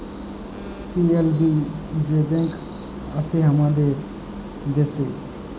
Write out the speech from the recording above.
PLB যে bank আসে হামাদের দ্যাশে